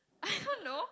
I don't know